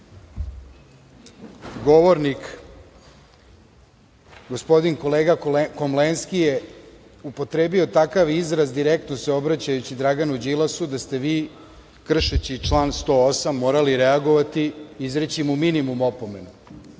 Govornik gospodin kolega Komlenski je upotrebio takav izraz direktno se obraćajući Draganu Đilasu da ste vi, kršeći član 108, morali reagovati i izreći mu minimum opomenu.